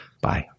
Bye